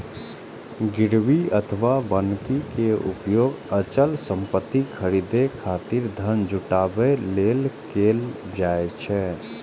गिरवी अथवा बन्हकी के उपयोग अचल संपत्ति खरीदै खातिर धन जुटाबै लेल कैल जाइ छै